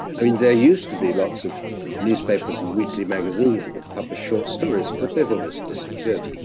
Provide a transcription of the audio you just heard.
i mean there used to be lots of newspapers and weekly magazines that would publish short stories, but they've almost disappeared.